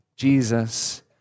Jesus